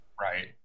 Right